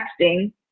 texting